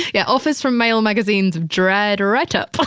yeah, offers from male magazines dried right up.